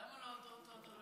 למה אותו אתה לא